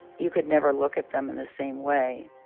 you could never look at them in the same way